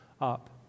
up